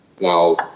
Now